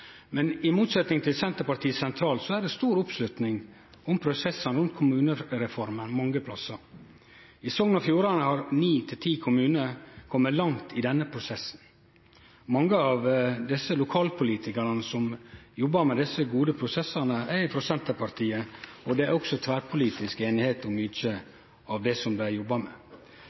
Men i motsetning til Senterpartiet sentralt er det stor oppslutning om prosessane, om kommunereforma, mange plassar. I Sogn og Fjordane har ni–ti kommunar kome langt i denne prosessen. Mange av desse lokalpolitikarane som jobbar med desse gode prosessane, er frå Senterpartiet, og det er òg tverrpolitisk einigheit om mykje av det som dei jobbar med.